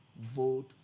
vote